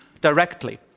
directly